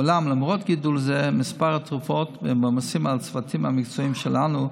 אולם למרות גידול זה במספר התרופות ובעומסים על הצוותים המקצועיים שלנו,